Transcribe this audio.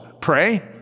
pray